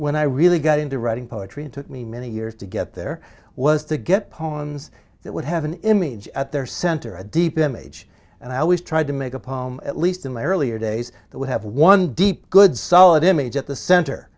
when i really got into writing poetry and took me many years to get there was to get poems that would have an image at their center a deep image and i always tried to make a palm at least in my earlier days that would have one deep good solid image at the center